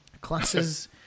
classes